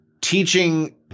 teaching